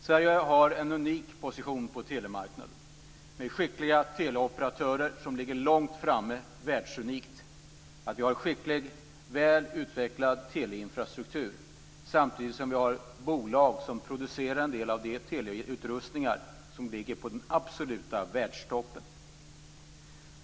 Sverige har en unik position på telemarknaden med skickliga teleoperatörer som ligger långt framme, vilket är världsunikt. Vi har en väl utvecklad teleinfrastruktur, samtidigt som vi har bolag som producerar en del av de teleutrustningar som ligger på den absoluta världstoppen.